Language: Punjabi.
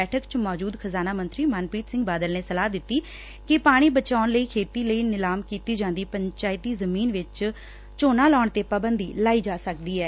ਬੈਠਕ ਚ ਮੌਚੁਦ ਖਜ਼ਾਨਾ ਮੰਤਰੀ ਮਨਪ੍ਰੀਤ ਸਿੰਘ ਬਾਦਲ ਨੇ ਸਲਾਹ ਦਿੱਤੀ ਕਿ ਪਾਣੀ ਬਚਾਉਣ ਲਈ ਖੇਤੀ ਲਈ ਨਿਲਾਮ ਕੀਤੀ ਜਾਂਦੀ ਪੰਚਾਇਤੀ ਜ਼ਮੀਨ ਵਿਚ ਝੋਨਾ ਲਾਉਣ ਤੇ ਪਾਬੰਦੀ ਲਾਈ ਜਾ ਸਕਦੀ ਐ